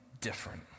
different